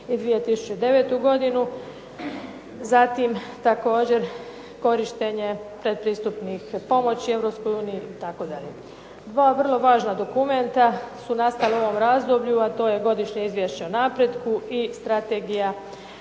i 2009. godinu. Zatim također korištenje pretpristupnih pomoći Europskoj uniji itd. Dva vrlo važna dokumenta su nastala u ovom razdoblju, a to je godišnje izvješće o napretku i Strategija